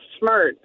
smart